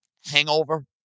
Hangover